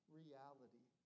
reality